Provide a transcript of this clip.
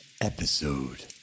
episode